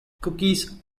cookies